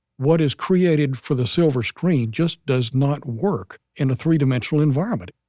what is created for the silver screen just does not work in a three dimensional environment,